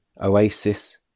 oasis